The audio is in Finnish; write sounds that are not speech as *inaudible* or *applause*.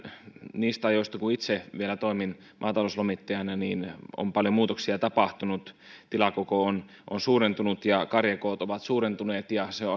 niistä ajoista kun itse vielä toimin maatalouslomittajana on paljon muutoksia tapahtunut tilakoko on on suurentunut ja karjakoot ovat suurentuneet ja se on *unintelligible*